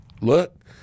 look